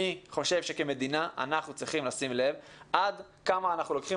חושב שכמדינה אנחנו צריכים לשים לב עד כמה אנחנו לוקחים